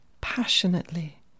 passionately